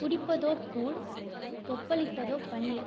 குடிப்பதோ கூழ் கொப்பளிப்பதோ பன்னீர்